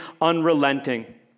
unrelenting